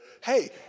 Hey